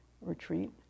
retreat